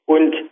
Und